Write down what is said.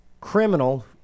criminal